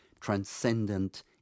transcendent